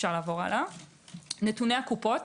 נתוני הקופות.